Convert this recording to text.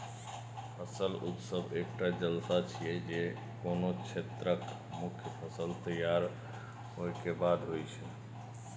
फसल उत्सव एकटा जलसा छियै, जे कोनो क्षेत्रक मुख्य फसल तैयार होय के बाद होइ छै